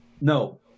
No